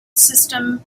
system